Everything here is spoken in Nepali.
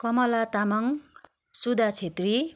कमला तामाङ सुधा छेत्री